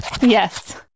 Yes